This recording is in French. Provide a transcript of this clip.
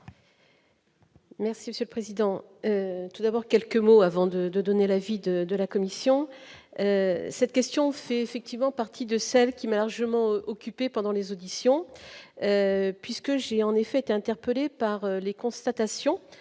Merci Monsieur le Président, tout d'abord quelques mots avant de donner la vie de de la commission, cette question fait effectivement partie de celles qui m'a largement occupé pendant les auditions, puisque j'ai en effet, été interpellé par les constatations